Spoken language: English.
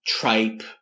tripe